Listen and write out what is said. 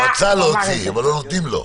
הוא רצה להוציא אבל לא נותנים לו.